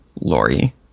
Lori